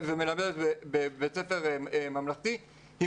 ומלמדת בבית ספר ממלכתי,